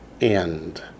end